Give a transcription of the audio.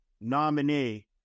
nominee